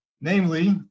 Namely